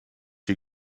you